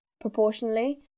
proportionally